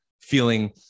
feeling